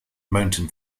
mountain